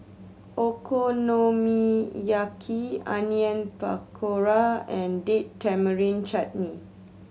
Okonomiyaki Onion Pakora and Date Tamarind Chutney